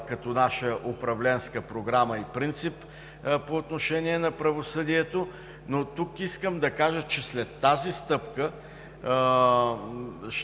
като наша управленска програма и принцип по отношение на правосъдието, но тук ще кажа, че след тази стъпка ще